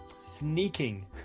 sneaking